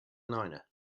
niner